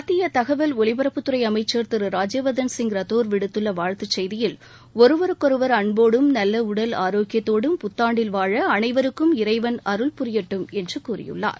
மத்திய தகவல் ஒலிபரப்புத் துறை அமைச்சர் திரு ராஜ்யவர்தன் ரத்தோர் விடுத்துள்ள வாழ்த்துச் செய்தியில் ஒருவருக்கொருவர் அன்போடும் நல்ல உடல் ஆரோக்கியத்தோடும் புத்தாண்டில் வாழ அனைவருக்கும் இறைவன் அருள் புரியட்டும் என்று கூறியுள்ளார்